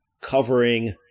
covering